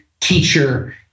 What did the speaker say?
teacher